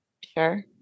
Sure